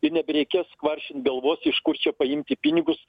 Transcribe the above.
ir nebereikės kvaršint galvos iš kur čia paimti pinigus